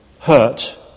hurt